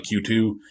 Q2